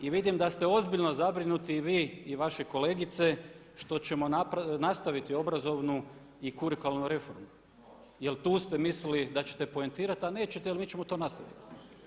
I vidim da ste ozbiljno zabrinuti i vi i vaše kolegice što ćemo nastaviti obrazovnu i kurikularnu reformu jer tu ste mislili da ćete poentirati ali nećete jer mi ćemo tu nastaviti.